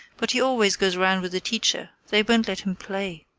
but he always goes round with a teacher they won't let him play.